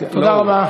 תודה רבה.